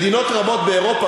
מדינות רבות באירופה,